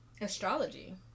Astrology